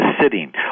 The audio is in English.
sitting